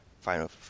Final